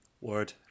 Word